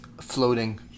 Floating